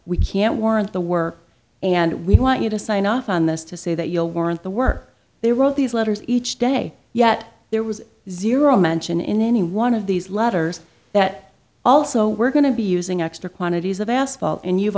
we can't warrant the work and we want you to sign off on this to say that you'll warrant the work they wrote these letters each day yet there was zero mention in any one of these letters that also we're going to be using extra quantities of asphalt and you've